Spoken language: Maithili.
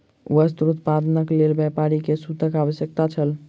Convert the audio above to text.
वस्त्र उत्पादनक लेल व्यापारी के सूतक आवश्यकता छल